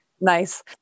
Nice